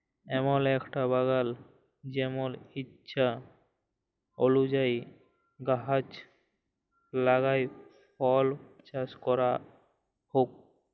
এমল একটা বাগাল জেমল ইছা অলুযায়ী গাহাচ লাগাই ফল চাস ক্যরা হউক